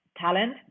Talent